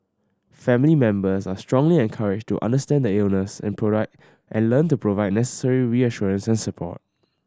family members are strongly encouraged to understand the illness and provide and learn to provide necessary reassurance and support